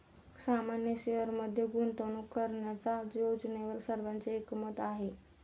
सामान्य शेअरमध्ये गुंतवणूक करण्याच्या योजनेवर सर्वांचे एकमत आहे